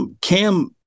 Cam